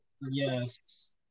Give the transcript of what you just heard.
Yes